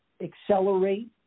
accelerate